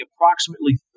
approximately